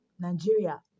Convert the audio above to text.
Nigeria